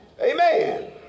Amen